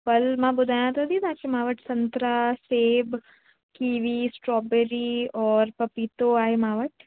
फल मां ॿुधायां त अथी तव्हांखे मां वटि संतरा सेब कीवी स्ट्रॉबेरी और पपीतो आहे मां वटि